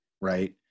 right